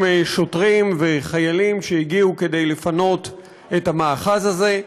שוטרים וחיילים שהגיעו כדי לפנות את המאחז הזה,